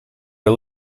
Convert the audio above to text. are